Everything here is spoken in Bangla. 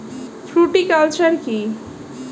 ফ্রুটিকালচার কী?